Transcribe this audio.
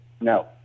No